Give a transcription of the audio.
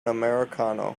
americano